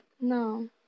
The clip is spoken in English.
No